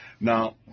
Now